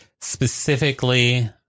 specifically